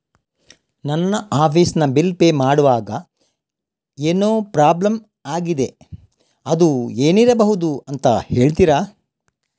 ನನ್ನ ಆಫೀಸ್ ನ bill pay ಮಾಡ್ವಾಗ ಏನೋ ಪ್ರಾಬ್ಲಮ್ ಆಗಿದೆ ಅದು ಏನಿರಬಹುದು ಅಂತ ಹೇಳ್ತೀರಾ?